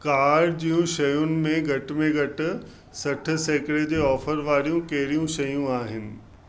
car जूं शयुनि में घटि में घटि सठि सैकड़े जे ऑफर वारियूं कहिड़ियूं शयूं आहिनि